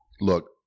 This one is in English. Look